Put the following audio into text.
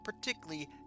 particularly